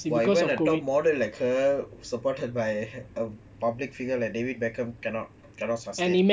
why why the top model like supported by um public figure like david beckham cannot cannot sustain